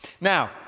now